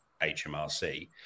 HMRC